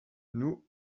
nous